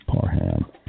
Parham